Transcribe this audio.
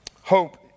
Hope